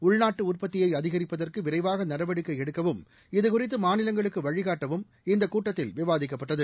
உள்நாட்டுஉற்பத்தியைஅதிகரிப்பதற்குவிரைவாகநடவடிக்கைஎடுக்கவும் இது குறித்துமாநிலங்களுக்குவழிகாட்டவும் இந்தகூட்டத்தில் விவாதிக்கப்பட்டது